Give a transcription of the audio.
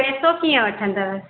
पैसो कीअं वठंदव